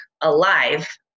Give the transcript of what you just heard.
alive